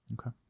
Okay